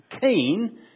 keen